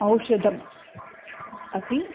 औषधम् अपि